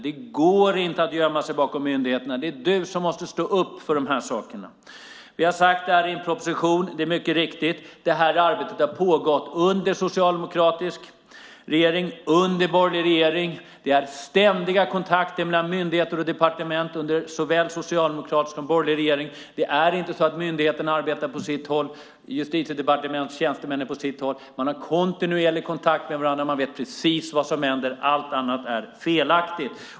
Det går inte att gömma sig bakom myndigheterna. Det är du som måste stå upp för de här sakerna. Vi har sagt det här i en proposition. Det är mycket riktigt. Det här arbetet har pågått under socialdemokratisk regering och under borgerlig regering. Det är ständiga kontakter mellan myndigheter och departement under såväl socialdemokratisk som borgerlig regering. Det är inte så att myndigheterna arbetar på sitt håll och Justitiedepartementets tjänstemän på sitt håll. Man har kontinuerlig kontakt med varandra. Man vet precis vad som händer. Allt annat är felaktigt.